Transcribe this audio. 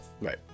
Right